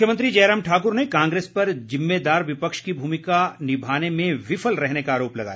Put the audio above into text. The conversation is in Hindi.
मुख्यमंत्री जयराम ठाकुर ने कांग्रेस पर जिम्मेदार विपक्ष की भूमिका निभाने में विफल रहने का आरोप लगाया